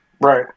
Right